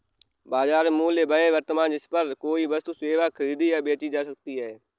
बाजार मूल्य वह वर्तमान जिस पर कोई वस्तु सेवा खरीदी या बेची जा सकती है